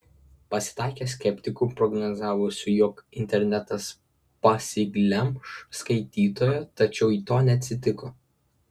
pasitaikė skeptikų prognozavusių jog internetas pasiglemš skaitytoją tačiau to neatsitiko